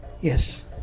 Yes